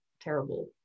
terrible